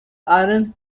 iron